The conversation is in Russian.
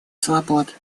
свобод